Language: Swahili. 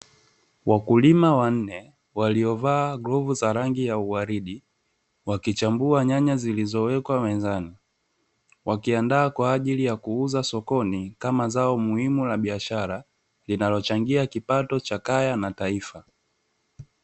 Wakulima wanne waliovaa glavu za rangi ya uwaridi, wakichambua nyanya zilizowekwa mezani; wakiandaa, kwa ajili ya kuuza sokoni, kama zao muhimu la biashara, linalochangia kipato cha kaya na taifa.